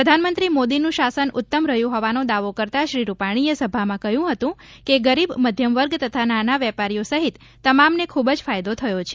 પ્રધાનમંત્રી મોદીનું શાસન ઉત્તમ રહ્યું હોવાનો દાવો કરતા શ્રી રૂપાણીએ સભામાં કહ્યું હતું કે ગરીબ મધ્યમવર્ગ તથા નાના વેપારીઓ સહિત તમામને ખુબ ફાયદો થયો છે